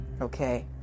okay